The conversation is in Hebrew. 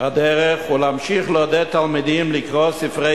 הדרך ולהמשיך לעודד תלמידים לקרוא ספרי